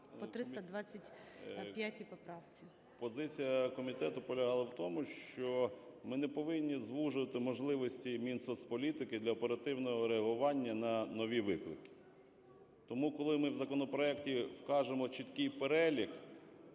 Позиція комітету полягала в тому, що ми не повинні звужувати можливості Мінсоцполітики для оперативного реагування на нові виклики. Тому, коли ми в законопроекті вкажемо чіткий перелік,